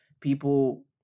People